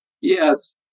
Yes